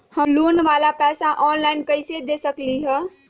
हम लोन वाला पैसा ऑनलाइन कईसे दे सकेलि ह?